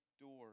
doors